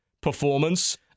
performance